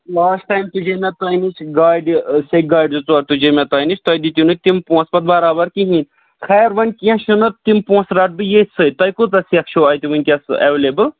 last time تُجے مےٚ تۄہہِ نِش گاڑِ سیٚکہِ گاڑِ ژٕ ژور تُجے مےٚ تۄہہِ نِش تۄہہِ دِتِو نہٕ تِم پونٛسہٕ پتہٕ برابر کِہیٖنۍ خیر وَنۍ کیٚنٛہہ چھُنہٕ تِم پونٛسہٕ رٹہٕ بہٕ ییٚتھۍ سۭتۍ تۄہہِ کۭژاہ سیٚکھ چھو اَتہِ وٕنکیس ایویلیبٕل